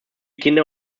kinder